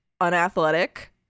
unathletic